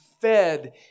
fed